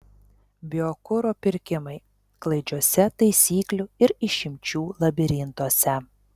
biokuro pirkimai klaidžiuose taisyklių ir išimčių labirintuose